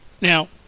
Now